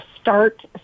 start